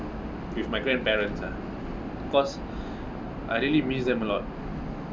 with my grandparent ah because I really miss them a lot